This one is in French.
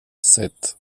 sept